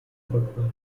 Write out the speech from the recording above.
football